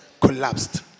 collapsed